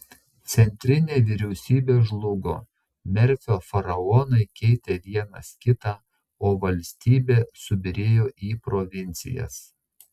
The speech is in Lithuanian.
centrinė vyriausybė žlugo merfio faraonai keitė vienas kitą o valstybė subyrėjo į provincijas